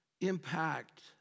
impact